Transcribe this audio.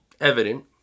evident